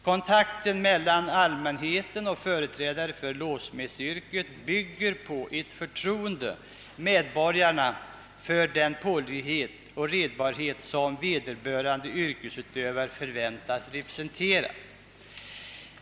Kontakten mellan allmänheten och företrädare för låssmedsyrket bygger på ett förtronde från medborgare för den pålitlighet och redbarhet som vederbörande yrksutövar förväntas representera.